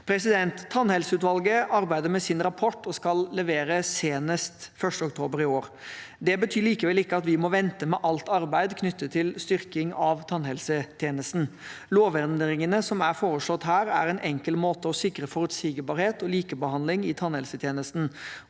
Tannhelseutvalget arbeider med sin rapport og skal levere senest 1. oktober i år. Det betyr likevel ikke at vi må vente med alt arbeid knyttet til styrking av tannhelsetjenesten. Lovendringene som er foreslått her, er en enkel måte å sikre forutsigbarhet og likebehandling i tannhelsetjenesten